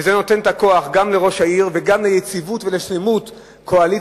וזה נותן את הכוח גם לראש העיר וגם ליציבות ולשלמות הקואליציה,